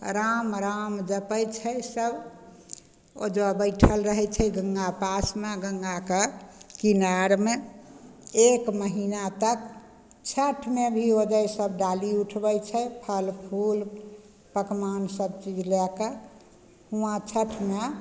राम राम जपय छै सब ओइजाँ बैठल रहय छै गंगा पासमे गंगाके किनारमे एक महीना तक छठमे भी ओइजाँ सब डाली उठबय छै फल फूल पकवान सबचीज लए कऽ हुँवा छठमे